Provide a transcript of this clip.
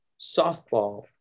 softball